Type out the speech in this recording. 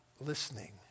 listening